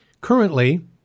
currently